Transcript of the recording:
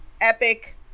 epic